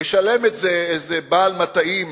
ישלם את זה איזה בעל מטעים